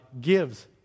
gives